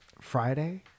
Friday